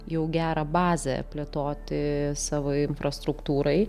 jau gerą bazę plėtoti savo infrastruktūrai